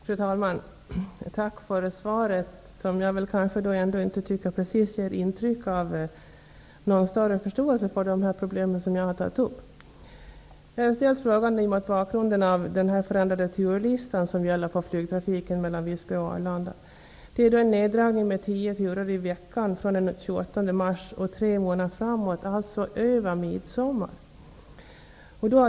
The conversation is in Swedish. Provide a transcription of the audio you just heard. Fru talman! Jag tackar för svaret. Men jag tycker inte att det ger intryck av någon större förståelse av de problem som jag har tagit upp. Jag har ställt frågan mot bakgrund av den förändrade turlista som gäller för flygtrafiken mellan Visby och Det handlar om en neddragning med tio turer i veckan fr.o.m. den 28 mars, tre månader framåt -- över midsommar alltså.